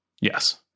Yes